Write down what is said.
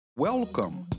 Welcome